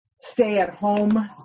stay-at-home